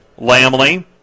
Lamley